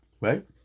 Right